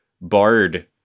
bard